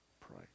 pray